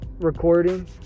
recording